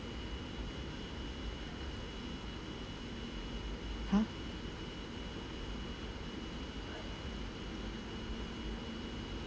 !huh!